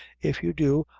if you do,